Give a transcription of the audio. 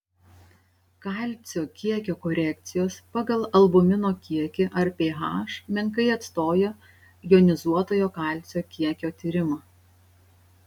kalcio kiekio korekcijos pagal albumino kiekį ar ph menkai atstoja jonizuotojo kalcio kiekio tyrimą